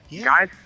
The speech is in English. guys